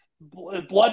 Blood